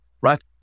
right